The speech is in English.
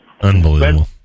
Unbelievable